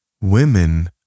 Women